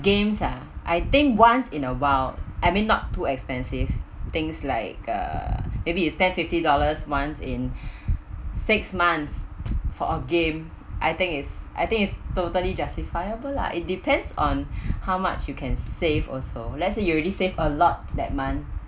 games ah I think once in a while I mean not too expensive things like uh maybe you spend fifty dollars once in six months for a game I think is I think is totally justifiable lah it depends on how much you can save also let's say you already saved a lot that month